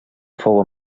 fou